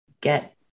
get